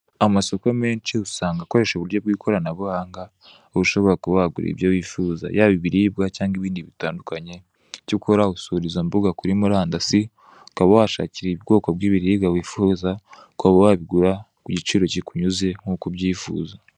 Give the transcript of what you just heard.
Amasoko menshi usanga akoresha ikoranabuhanga aho ushobora kugura ibyo wifuza yaba ibiribwa, cyangwa ibindi bitandukanye, icyo ukora usura izo mbuga kuri murandasi ukaba wahashakira ubwoko bw'ibiribwa wifuza, ukaba wabigura ku giciro kikunyuze nk'uko ubyifuza.